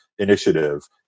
initiative